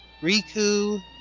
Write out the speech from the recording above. Riku